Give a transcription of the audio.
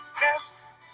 yes